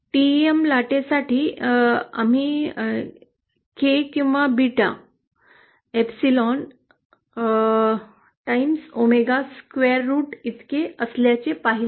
टेम लाटेसाठी आम्ही के किंवा beta epsilon times omega square root इतके असल्याचे पाहिले